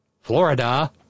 Florida